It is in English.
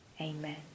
Amen